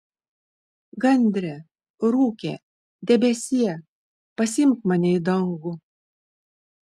gandre rūke debesie pasiimk mane į dangų